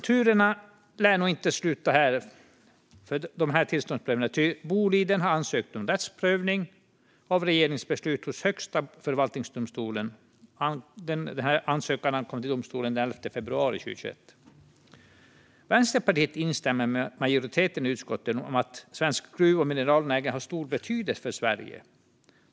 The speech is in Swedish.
Turerna lär dock inte sluta här för de här tillståndsprövningarna, ty Boliden har ansökt om rättsprövning av regeringens beslut hos Högsta förvaltningsdomstolen. Den ansökan inkom till domstolen den 11 februari 2021. Vänsterpartiet instämmer med majoriteten i utskottet i att svensk gruv och mineralnäring har stor betydelse för Sverige.